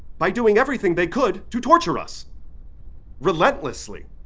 by doing everything they could to torture us relentlessly.